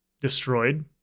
destroyed